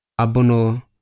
Abono